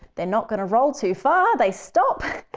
they're not going to roll too far. they stop.